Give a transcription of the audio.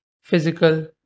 physical